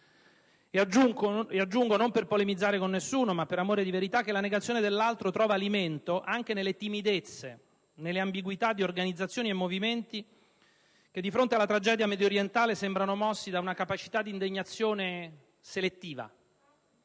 Aggiungo, non per polemizzare con nessuno ma per amore di verità, che la negazione dell'altro trova alimento anche nelle timidezze, nelle ambiguità di organizzazioni e movimenti che di fronte alla tragedia mediorientale sembrano mossi da una capacità di indignazione selettiva,